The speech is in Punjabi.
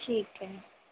ਠੀਕ ਹੈ